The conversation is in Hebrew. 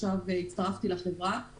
הצטרפתי לחברה רק